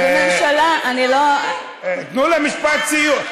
למה את, תנו לה משפט סיום.